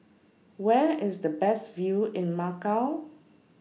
Where IS The Best View in Macau